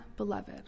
beloved